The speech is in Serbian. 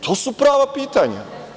To su prava pitanja.